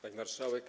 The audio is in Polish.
Pani Marszałek!